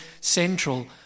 central